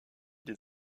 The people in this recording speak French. des